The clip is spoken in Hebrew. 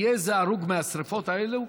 אם יהיה איזה הרוג מהשרפות האלו,